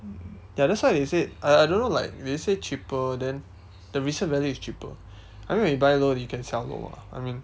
ya that's what they said uh I I don't know like they say cheaper then the resale value is cheaper I think when you buy low you can sell low ah I mean